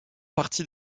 partie